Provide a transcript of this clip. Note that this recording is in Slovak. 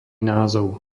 názov